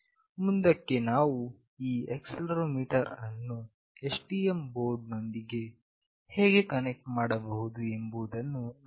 ಮುಂದಕ್ಕೆ ನಾವು ಈ ಆಕ್ಸೆಲೆರೋಮೀಟರ್ ಅನ್ನು STM ಬೋರ್ಡ್ ನೊಂದಿಗೆ ಹೇಗೆ ಕನೆಕ್ಟ್ ಮಾಡಬಹುದು ಎಂಬುದನ್ನು ನೋಡೋಣ